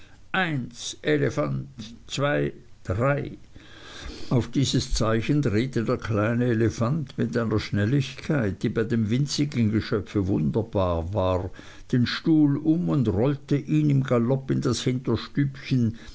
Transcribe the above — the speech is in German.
eins elefant zwei drei auf dieses zeichen drehte der kleine elefant mit einer schnelligkeit die bei dem winzigen geschöpf wunderbar war den stuhl um und rollte ihn im galopp in das hinterstübchen